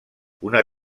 una